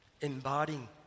embodying